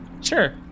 Sure